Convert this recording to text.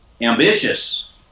ambitious